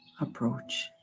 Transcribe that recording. approach